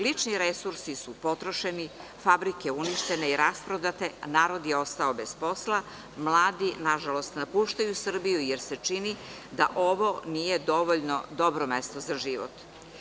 Lični resursi su potrošeni, fabrike uništene i rasprodate, a narod je ostao bez posla, mladi na žalost napuštaju Srbiju jer se čini da ovo nije dovoljno dobro mesto za život.